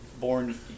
born